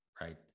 right